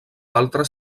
altres